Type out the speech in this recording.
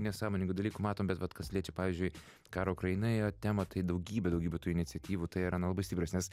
nesąmoningų dalykų matom bet vat kas liečia pavyzdžiui karo ukrainoje temą tai daugybė daugybė tų iniciatyvų tai yra nu labai stiprios nes